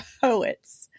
poets